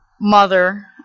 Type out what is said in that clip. mother